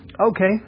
Okay